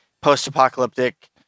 post-apocalyptic